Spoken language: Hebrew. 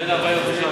אדוני היושב-ראש,